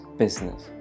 business